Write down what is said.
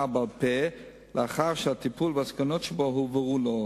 בעל-פה לאחר שהטיפול והסכנות שבו הובהרו לו.